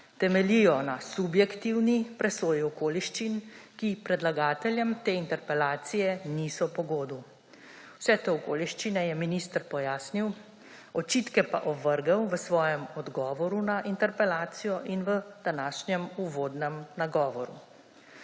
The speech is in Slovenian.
Temeljijo na subjektivni presoji okoliščin, ki predlagateljem te interpelacije niso po godu. Vse te okoliščine je minister pojasnil, očitke pa ovrgel v svojem odgovoru na interpelacijo in v današnjem uvodnem nagovoru.